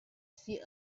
see